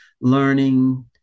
learning